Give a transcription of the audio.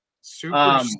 Super